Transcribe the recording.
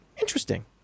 interesting